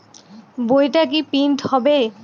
বইটা কি প্রিন্ট হবে?